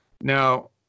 Now